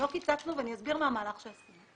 לא קיצצנו, ואני אסביר מה המהלך שעשינו.